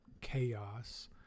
chaos